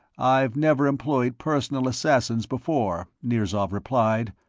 i've never employed personal assassins before, nirzav replied,